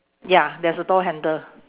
ya there's a door handle